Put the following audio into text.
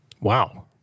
Wow